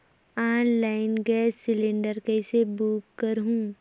Online gas cylinder कइसे book करहु?